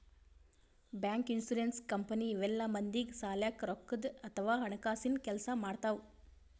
bank, insurance company ಇವೆಲ್ಲ ಮಂದಿಗ್ ಸಲ್ಯಾಕ್ ರೊಕ್ಕದ್ ಅಥವಾ ಹಣಕಾಸಿನ್ ಕೆಲ್ಸ್ ಮಾಡ್ತವ್